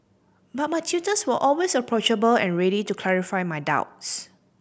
but my tutors were always approachable and ready to clarify my doubts